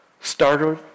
started